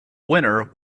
winner